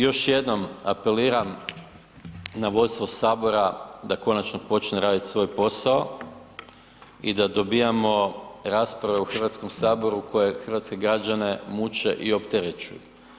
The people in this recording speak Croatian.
Još jednom apeliram na vodstvo sabora da konačno počne raditi svoj posao i da dobijamo rasprave u Hrvatskom saboru koje hrvatske građane muče i opterećuju.